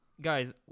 guys